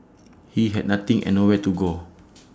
he had nothing and nowhere to go